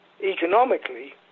Economically